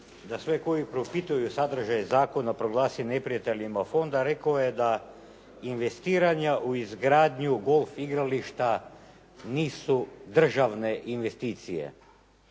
da sve koji propituju sadržaje zakona proglasi neprijateljima fonda, rekao je da investiranja u izgradnju golf igrališta nisu državne investicije.